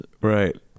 Right